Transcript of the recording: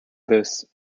this